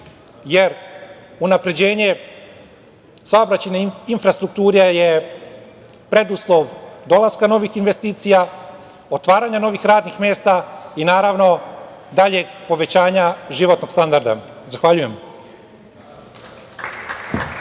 jer unapređenje saobraćajne infrastrukture je preduslov dolaska novih investicija, otvaranja novih radnih mesta i naravno daljeg povećanja životnog standarda. Zahvaljujem.